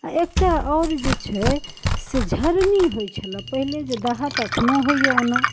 आओर एकटा आओर जे छै से झरनी होइ छलै पहिने जे दाहा तऽ एखनो होइए ओना